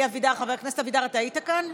חבר הכנסת אבידר, אתה היית כאן?